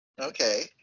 Okay